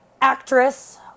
actress